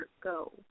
go